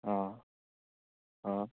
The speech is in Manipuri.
ꯑꯥ ꯑꯥ